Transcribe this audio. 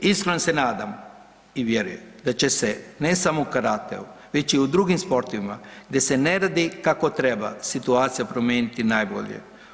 Iskreno se nadam i vjerujem da će se ne samo u karateu, već i u drugim sportovima gdje se ne radi kako treba situacija promijeniti na bolje.